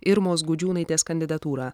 irmos gudžiūnaitės kandidatūrą